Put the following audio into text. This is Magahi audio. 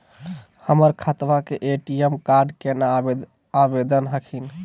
हमर खतवा के ए.टी.एम कार्ड केना आवेदन हखिन?